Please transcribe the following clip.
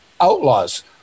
outlaws